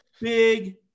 big